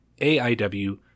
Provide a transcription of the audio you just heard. AIW